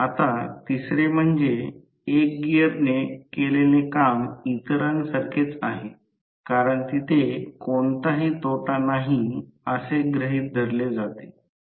आता तिसरे म्हणजे 1 गिअरने केलेले काम इतरांसारखेच आहे कारण तिथे कोणताही तोटा नाही असे गृहित धरले जाते